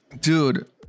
Dude